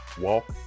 walk